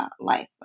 life